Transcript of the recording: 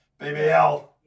BBL